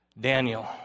Daniel